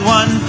one